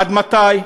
עד מתי?